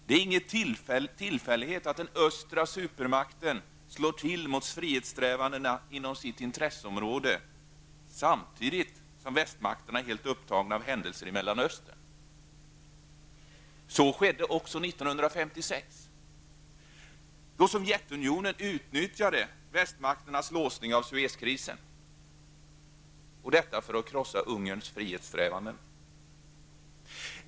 Det är säkert ingen tillfällighet att den östliga supermakten slår till mot frihetssträvanden inom sitt intresseområde samtidigt som västmakterna är helt upptagna av händelser i Mellanöstern. Så skedde också 1956 då Sovjetunionen utnyttjade västmakternas låsning av Suez-krisen för att krossa Ungerns frihetssträvan.